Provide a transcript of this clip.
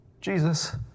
Jesus